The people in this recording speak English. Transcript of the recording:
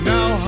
Now